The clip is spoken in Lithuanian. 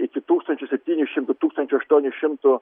iki tūkstančio septynių šimtų tūkstančio aštuonių šimtų